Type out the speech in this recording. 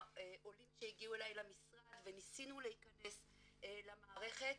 עולים שהגיעו אלי למשרד וניסינו להכנס למערכת.